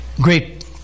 Great